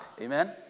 Amen